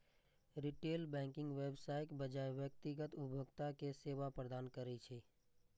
retail banking व्यवसायक बजाय व्यक्तिगत उपभोक्ता कें सेवा प्रदान करै छै